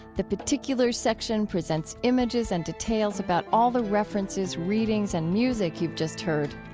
the particulars section presents images and details about all the references, readings and music you've just heard.